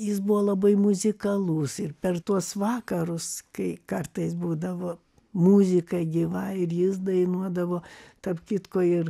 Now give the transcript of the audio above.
jis buvo labai muzikalus ir per tuos vakarus kai kartais būdavo muzika gyva ir jis dainuodavo tarp kitko ir